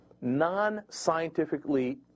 non-scientifically